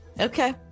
Okay